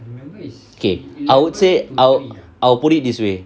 okay I will say I'll put it this way